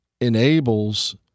enables